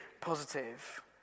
positive